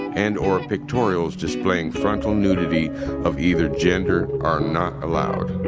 and or pictorials displaying frontal nudity of either gender are not allowed